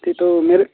त्यही त हौ मेरो